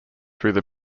through